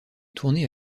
tourné